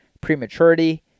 prematurity